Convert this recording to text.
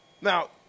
now